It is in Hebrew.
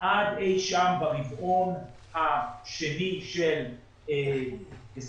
עד אי שם ברבעון השני של 2021,